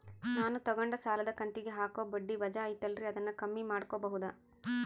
ನಾನು ತಗೊಂಡ ಸಾಲದ ಕಂತಿಗೆ ಹಾಕೋ ಬಡ್ಡಿ ವಜಾ ಐತಲ್ರಿ ಅದನ್ನ ಕಮ್ಮಿ ಮಾಡಕೋಬಹುದಾ?